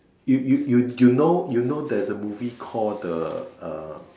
you you you you know you know there's a movie called the uh